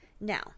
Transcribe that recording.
Now